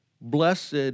blessed